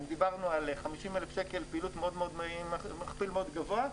אם דיברנו על 50,000 שקל פעילות עם מכפיל מאוד גבוה.